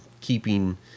keeping